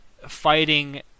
fighting